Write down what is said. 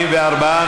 44,